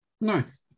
Nice